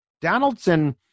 Donaldson